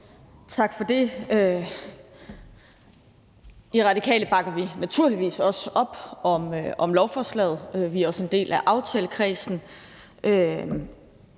Tak for det. I Radikale bakker vi naturligvis også op om lovforslaget. Vi er også en del af aftalekredsen.